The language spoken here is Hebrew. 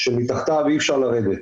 מתחתיו אי אפשר לרדת.